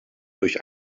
durch